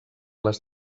les